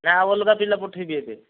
ନା ଆଉ ଅଲଗା ପିଲା ପଠେଇବି ଏବେ